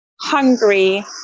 hungry